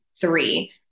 three